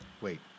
Wait